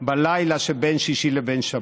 בלילה שבין שישי לבין שבת.